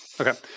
okay